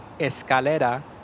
escalera